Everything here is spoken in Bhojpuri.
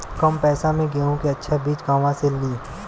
कम पैसा में गेहूं के अच्छा बिज कहवा से ली?